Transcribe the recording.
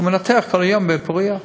ומנתח כל היום בפוריה.